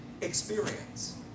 experience